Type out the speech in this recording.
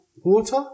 water